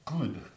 good